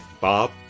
Bob